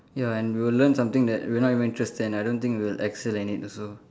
ya and we will learn something that we are not even interested and I don't think we'll excel in it also